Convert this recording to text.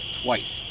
twice